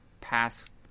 past